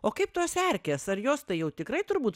o kaip tos erkės ar jos tai jau tikrai turbūt